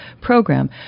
program